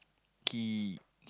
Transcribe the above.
he